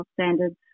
Standards